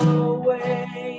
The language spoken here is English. away